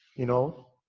you know?